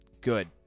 good